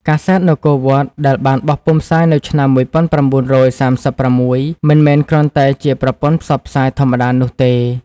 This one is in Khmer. កាសែត នគរវត្ត ដែលបានបោះពុម្ពផ្សាយនៅឆ្នាំ១៩៣៦ មិនមែនគ្រាន់តែជាប្រព័ន្ធផ្សព្វផ្សាយធម្មតានោះទេ។